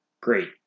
great